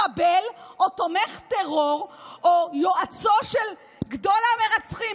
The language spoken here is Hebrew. מחבל או תומך טרור או יועצו של גדול המרצחים,